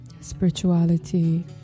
spirituality